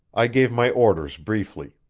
i gave my orders briefly.